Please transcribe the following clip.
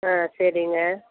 ஆ சரிங்க